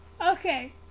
Okay